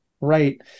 right